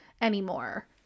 anymore